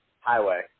highway